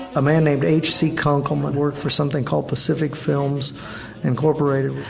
a man named hc concomad worked for something called pacific films incorporated.